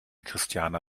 christiane